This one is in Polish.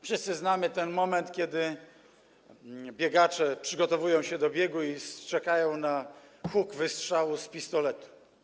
Wszyscy znamy ten moment, kiedy biegacze przygotowują się do biegu i czekają na huk wystrzału z pistoletu.